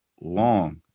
long